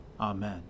Amen